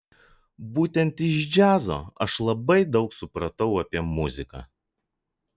būtent iš džiazo aš labai daug supratau apie muziką